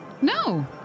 No